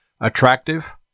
attractive